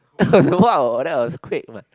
!wah! oh that's was quick one